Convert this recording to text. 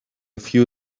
few